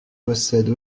possède